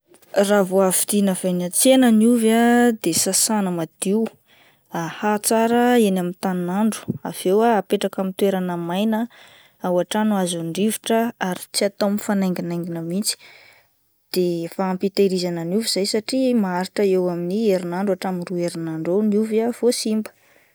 Raha vao avy vidiana avy any an-tsena ny ovy ah de sasana madio, ahahy tsara eny amin'ny tanin'andro avy eo ah apetraka amin'ny toerana maina ao an-trano azon'ny rivotra ary tsy atao mifanainginaingina mihitsy de efa ampy hitahhirizana ny ovy izay satria maharitra eo amin'ny herinandro hatramin'ny roa herinandro eo ny ovy vao simba.